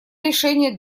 решение